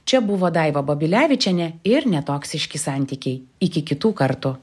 čia buvo daiva babilevičienė ir netoksiški santykiai iki kitų kartų